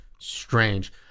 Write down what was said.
Strange